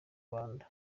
rwanda